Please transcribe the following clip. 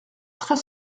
très